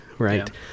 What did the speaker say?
Right